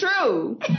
true